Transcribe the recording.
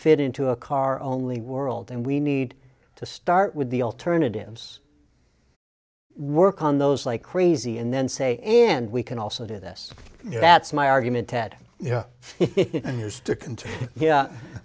fit into a car only world and we need to start with the alternatives work on those like crazy and then say and we can also do this that's my argument tad yeah